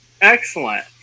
Excellent